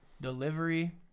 delivery